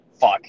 fuck